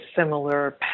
similar